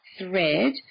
thread